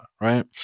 right